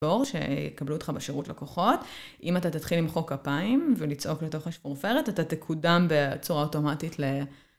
שיקבלו אותך בשירות לקוחות, אם אתה תתחיל למחוא כפיים ולצעוק לתוך השפרופרת, אתה תקודם בצורה אוטומטית ל...